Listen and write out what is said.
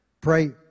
Pray